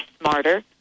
smarter